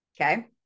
Okay